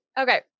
Okay